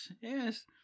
Yes